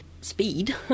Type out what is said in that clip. speed